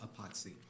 epoxy